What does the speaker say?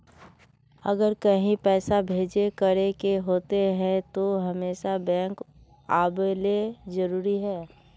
अगर कहीं पैसा भेजे करे के होते है तो हमेशा बैंक आबेले जरूरी है?